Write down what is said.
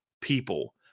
people